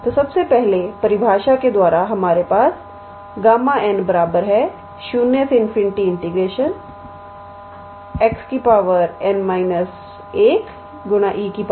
तोसब से पहले परिभाषा के द्वारा हमारे पास Γ 0∞𝑥 𝑛−1𝑒 −𝑥𝑑𝑥है